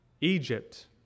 Egypt